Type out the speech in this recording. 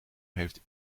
heeft